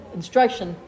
instruction